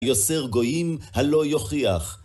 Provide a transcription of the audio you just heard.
יוסר גויים הלא יוכיח.